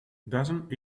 doesn’t